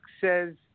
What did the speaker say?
says